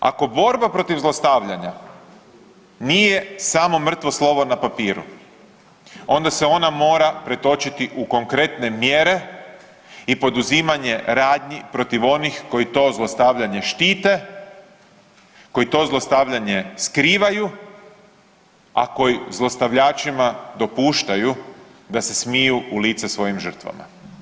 Ako borba protiv zlostavljanja nije samo mrtvo slovo na papiru onda se ona mora pretočiti u konkretne mjere i poduzimanje radnji protiv onih koji to zlostavljanje štite, koji to zlostavljanje skrivaju, a koji zlostavljačima dopuštaju da se smiju u lice svojim žrtvama.